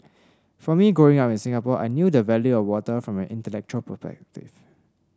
for me Growing Up in Singapore I knew the value of water from an intellectual perspective